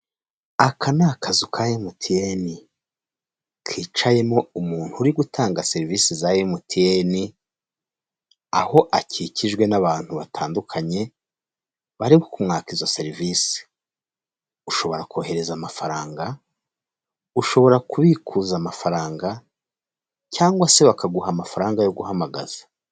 Aka ni akazu ka emutiyene kicayemo umuntu uri utanga serivisi za emutiyene, aho akikijwe n'abantu batandukanye bari kumwaka izo serivise. Ushobora kohereza amafaranga, ushobora kubikuza amafaranga cyangwa se bakaguha amafaranga yo guhamagaza.